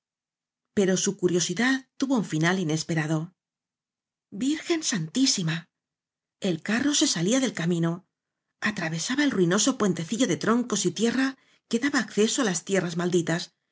pero su curiosidad tuvo un final inesperado virgen santísima el carro se salía del camino atravesaba el ruinoso puentecillo de troncos y tierra que daba acceso á las tierras malditas